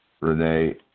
Renee